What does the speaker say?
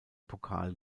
pokal